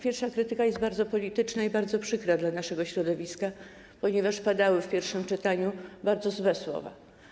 Pierwsza krytyka jest bardzo polityczna i bardzo przykra dla naszego środowiska, ponieważ padały w pierwszym czytaniu bardzo złe słowa.